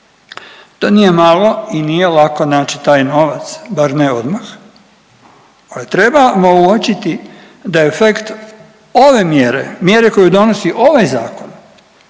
To nije malo i nije lako naći taj novac, bar ne odmah ali trebamo uočiti da efekt ove mjere, mjere koju donosi ovaj zakon